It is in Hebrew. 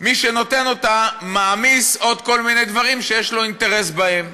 מי שנותן אותה מעמיס עוד כל מיני דברים שיש לו אינטרס בהם.